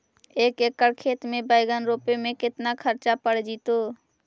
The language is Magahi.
एक एकड़ खेत में बैंगन रोपे में केतना ख़र्चा पड़ जितै?